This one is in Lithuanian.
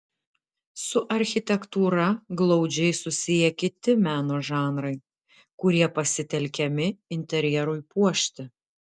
su architektūra glaudžiai susiję kiti meno žanrai kurie pasitelkiami interjerui puošti